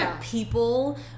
people